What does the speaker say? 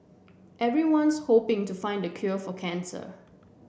everyone's hoping to find the cure for cancer